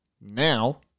Now